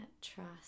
trust